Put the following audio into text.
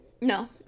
No